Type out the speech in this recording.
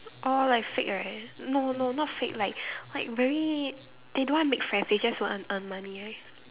oh like fake right no no not fake like like very they don't want make friends they just want earn money right